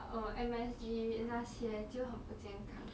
err M_S_G 那些就很不健康